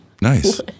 Nice